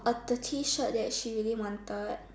a the T shirt that she really wanted